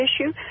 issue